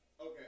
Okay